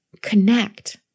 connect